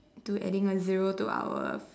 to adding a zero to our